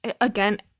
Again